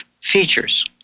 features